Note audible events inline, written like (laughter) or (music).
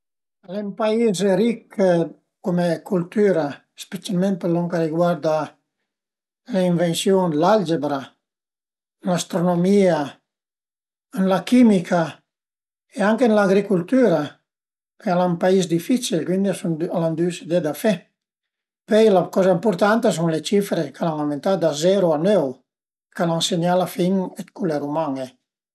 (hesitation) giöghi a calcio balilla al era 'na pasiun incredibile, pasavu dë dop mezdì ënter. Alura a volte a s'giugava ün cuntra ün o dui cuntra dui e a m'piazìa giöghi ën porta o giöghi anche a l'atach e al era belissim cuandi i riusiu a campé la balin-a ën la porta dë l'aversari